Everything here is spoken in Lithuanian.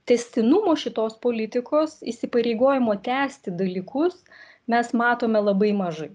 tęstinumo šitos politikos įsipareigojimo tęsti dalykus mes matome labai mažai